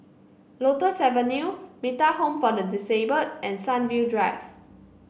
Lotus Avenue Metta Home for the Disabled and Sunview Drive